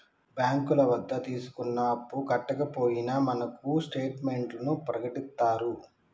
బ్యాంకుల వద్ద తీసుకున్న అప్పు కట్టకపోయినా మనకు స్టేట్ మెంట్లను ప్రకటిత్తారు